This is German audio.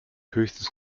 höchstens